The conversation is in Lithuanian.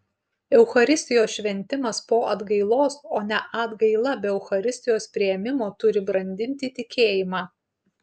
eucharistijos šventimas po atgailos o ne atgaila be eucharistijos priėmimo turi brandinti tikėjimą